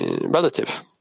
relative